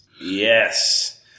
Yes